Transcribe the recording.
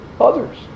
Others